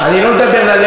אני לא אומר ללכת,